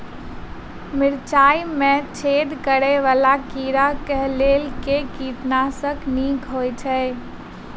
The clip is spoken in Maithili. मिर्चाय मे छेद करै वला कीड़ा कऽ लेल केँ कीटनाशक नीक होइ छै?